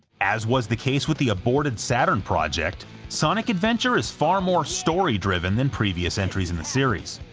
as was the case with the aborted saturn project, sonic adventure is far more story-driven than previous entries in the series.